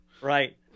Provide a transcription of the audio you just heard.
Right